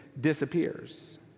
disappears